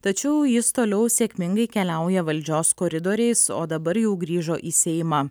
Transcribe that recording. tačiau jis toliau sėkmingai keliauja valdžios koridoriais o dabar jau grįžo į seimą